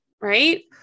right